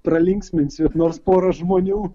pralinksminsiu nors porą žmonių